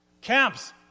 Camps